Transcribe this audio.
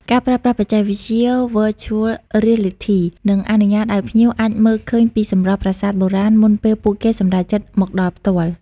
ការប្រើប្រាស់បច្ចេកវិទ្យា Virtual Reality នឹងអនុញ្ញាតឱ្យភ្ញៀវអាចមើលឃើញពីសម្រស់ប្រាសាទបុរាណមុនពេលពួកគេសម្រេចចិត្តមកដល់ផ្ទាល់។